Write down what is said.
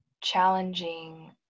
challenging